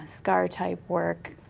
scar type work,